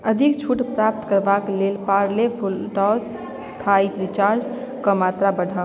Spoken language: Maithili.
अधिक छूट प्राप्त करबाके लेल पार्ले फुलटॉस थाइ श्रीराचाके मात्रा बढ़ाउ